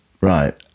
Right